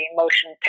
motion